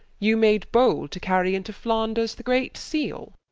you made bold to carry into flanders, the great seale